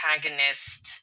protagonist